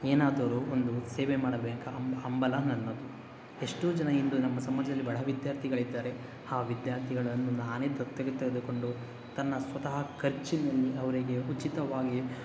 ಏನಾದರೂ ಒಂದು ಸೇವೆ ಮಾಡಬೇಕು ಎಂಬ ಹಂಬಲ ನನ್ನದು ಎಷ್ಟೋ ಜನ ಇಂದು ನಮ್ಮ ಸಮಾಜದಲ್ಲಿ ಬಡ ವಿದ್ಯಾರ್ಥಿಗಳಿದ್ದಾರೆ ಆ ವಿದ್ಯಾರ್ಥಿಗಳನ್ನು ನಾನೇ ದತ್ತು ತೆಗೆದುಕೊಂಡು ತನ್ನ ಸ್ವತಃ ಖರ್ಚಿನಲ್ಲಿ ಅವರಿಗೆ ಉಚಿತವಾಗಿ